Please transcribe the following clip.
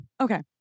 Okay